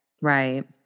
Right